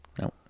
No